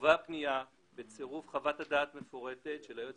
תובא הפנייה בצירוף חוות הדעת מפורטת של היועץ